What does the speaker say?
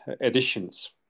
editions